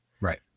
Right